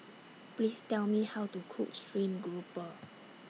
Please Tell Me How to Cook Stream Grouper